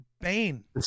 Bane